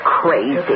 Crazy